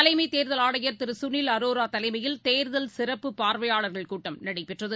தலைமை தேர்தல் ஆணையர் திரு சுனில் அரோரா தலைமையில் தேர்தல் சிறப்பு பார்வையாளர்கள் கூட்டம் நடைபெற்றது